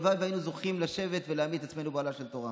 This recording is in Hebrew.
הלוואי שהיינו זוכים לשבת ולהמית את עצמנו באוהלה של תורה.